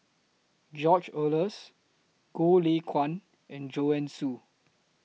George Oehlers Goh Lay Kuan and Joanne Soo